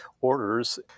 orders